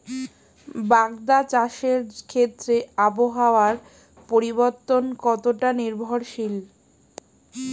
বাগদা চাষের ক্ষেত্রে আবহাওয়ার পরিবর্তন কতটা নির্ভরশীল?